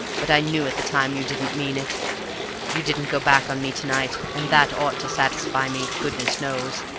but i knew at the time you didn't mean it you didn't go back on me to-night, and that ought to satisfy me, goodness knows!